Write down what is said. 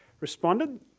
responded